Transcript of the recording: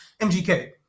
MGK